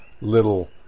little